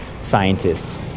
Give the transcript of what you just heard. scientists